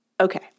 Okay